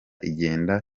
igenda